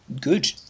Good